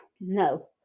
No